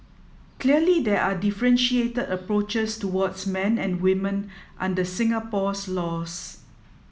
clearly there are differentiated approaches towards men and women under Singapore's laws